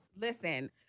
Listen